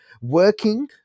working